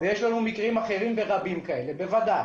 יש לנו מקרים אחרים ורבים כאלה בוודאי,